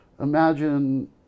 Imagine